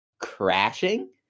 crashing